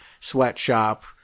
sweatshop